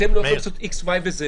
אתם לא יכולים לעשות כך וכך.